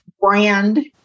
brand